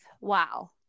wow